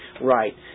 right